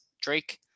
Drake